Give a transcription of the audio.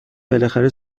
بالاخره